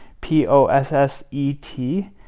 P-O-S-S-E-T